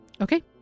Okay